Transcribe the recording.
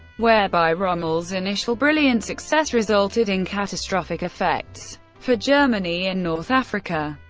whereby rommel's initial brilliant success resulted in catastrophic effects for germany in north africa.